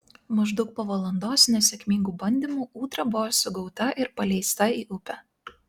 maždaug po valandos nesėkmingų bandymų ūdra buvo sugauta ir paleista į upę